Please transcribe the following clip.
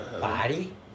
body